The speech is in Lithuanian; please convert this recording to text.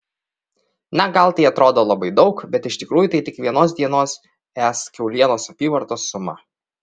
na gal tai atrodo labai daug bet iš tikrųjų tai tik vienos dienos es kiaulienos apyvartos suma